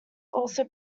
also